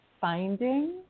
finding